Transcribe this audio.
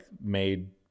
made